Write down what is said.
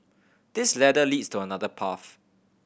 this ladder leads to another path